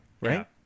right